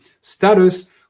status